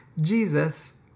Jesus